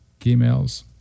emails